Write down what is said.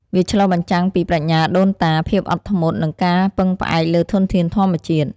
វាឆ្លុះបញ្ចាំងពីប្រាជ្ញាដូនតា ភាពអត់ធ្មត់ និងការពឹងផ្អែកលើធនធានធម្មជាតិ។